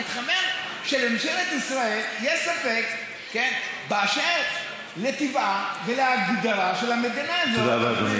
מסתבר שלממשלת ישראל יש ספק באשר לטבעה ולהגדרתה של המדינה הזאת.